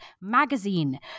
Magazine